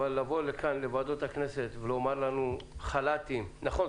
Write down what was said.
אבל לבוא לוועדות הכנסת ולומר לנו: חל"תים נכון,